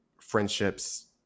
friendships